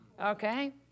Okay